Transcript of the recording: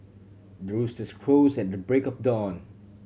the roosters crows at the break of dawn